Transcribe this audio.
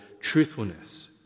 truthfulness